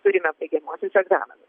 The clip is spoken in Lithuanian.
turime baigiamuosius egzaminus